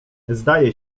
zdaje